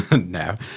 No